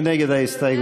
מי נגד ההסתייגות?